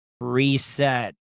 reset